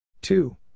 two